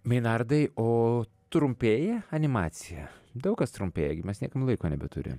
meinardai o trumpėja animacija daug kas trumpėja gi mes niekam laiko nebeturim